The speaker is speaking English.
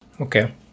okay